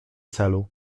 celu